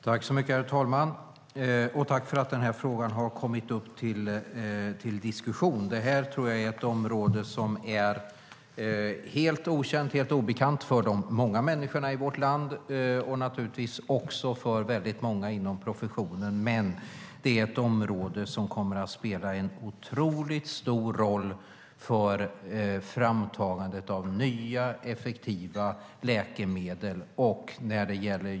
Herr talman! Jag vill tacka för att frågan har kommit upp till diskussion. Jag tror att det här är ett område som är helt obekant för många människor i vårt land och även för många inom professionen. Men det är ett område som kommer att spela en otroligt stor roll för framtagandet av nya effektiva läkemedel.